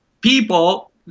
people